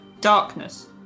darkness